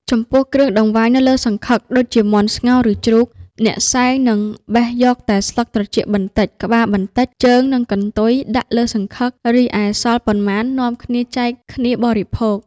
ចំពោះគ្រឿងតង្វាយនៅលើសង្ឃឹក ដូចជាមាន់ស្ងោរ ឬជ្រូក អ្នកសែងនឹងបេះយកតែស្លឹកត្រចៀកបន្តិច ក្បាលបន្តិច ជើង និងកន្ទុយ ដាក់លើសង្ឃឹក រីឯសល់ប៉ុន្មាននាំគ្នាចែកគ្នាបរិភោគ។